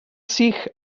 sych